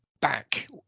back